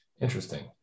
interesting